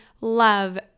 love